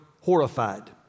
horrified